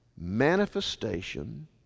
manifestation